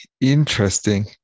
interesting